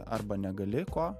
arba negali ko